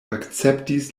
akceptis